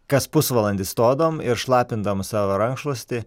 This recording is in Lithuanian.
kas pusvalandį stodavom ir šlapindavom savo rankšluostį